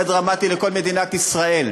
זה דרמטי לכל מדינת ישראל,